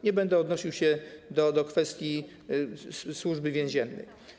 Nie będę odnosił się do kwestii Służby Więziennej.